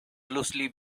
loosely